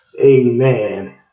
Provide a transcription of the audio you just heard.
Amen